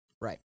Right